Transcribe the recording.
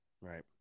Right